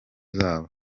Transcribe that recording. zabo